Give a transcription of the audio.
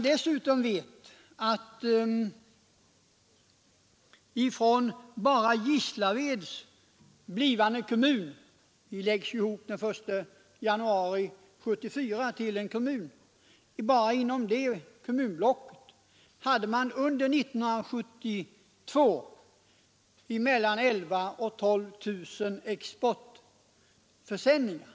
Dessutom vet man att bara Gislaveds blivande kommunblock — en sammanläggning sker den 1 januari 1974 — under 1972 hade mellan 11 000 och 12 000 exportförsändningar.